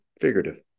figurative